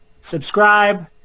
subscribe